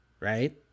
right